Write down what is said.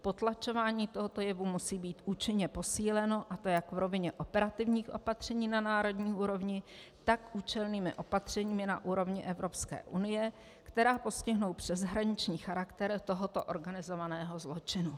Potlačování tohoto jevu musí být účinně posíleno, a to jak v rovině operativních opatření na národní úrovni, tak účelnými opatřeními na úrovni Evropské unie, která postihnou přeshraniční charakter tohoto organizovaného zločinu.